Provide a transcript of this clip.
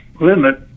limit